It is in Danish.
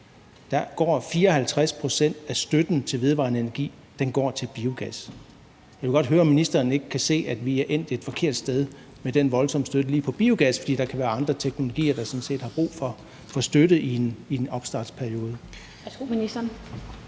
2030 vil 54 pct. af støtten til vedvarende energi gå til biogas. Jeg vil godt høre, om ministeren ikke kan se, at vi er endt et forkert sted med den voldsomme støtte til lige biogas, fordi der kan være andre teknologier, der sådan set har brug for støtte i en opstartsperiode.